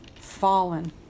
Fallen